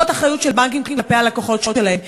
זאת אחריות של בנקים כלפי הלקוחות שלהם.